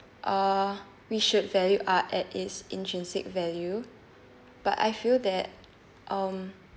uh we should value art at its intrinsic value but I feel that um